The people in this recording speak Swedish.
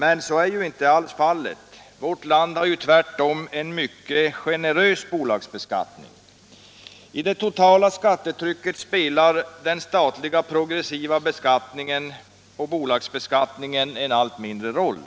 Så är ju inte alls fallet. Vårt land har tvärtom en mycket generös bolagsbeskattning. I det totala skattetrycket spelar den statliga progressiva beskattningen och bolagsbeskattningen en allt mindre roll.